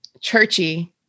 churchy